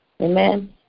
Amen